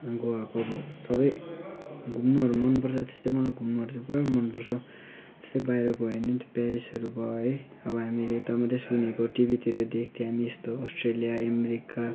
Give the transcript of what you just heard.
गोवाको अब सबै घुम्नुहरू मनपर्छ त्यस्तै मलाई घुम्नुहरू चाहिँ पुरै मनपर्छ जस्तै बाहिर गएँ भने त्यो पेरिसहरू भयो है अब हामीले यता मात्रै सुनेको टिभीतिर देख्थेँ हामी यस्तो अस्ट्रेलिया है अमेरिका